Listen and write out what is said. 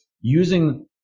using